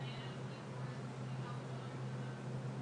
בבקשה, קופרמן שירה מחלאסרטן לסרטן,